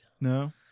No